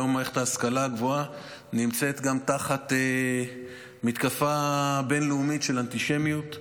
היום מערכת ההשכלה הגבוהה נמצאת תחת מתקפה בין-לאומית של אנטישמיות.